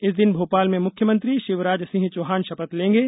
इस दिन भोपाल में मुख्यमंत्री शिवराज सिंह चौहान शपथ लेंगे